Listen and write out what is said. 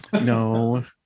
No